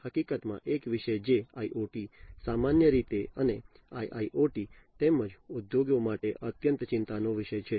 હકીકતમાં એક વિષય જે IoT સામાન્ય રીતે અને IIoT તેમજ ઉદ્યોગો માટે અત્યંત ચિંતાનો વિષય છે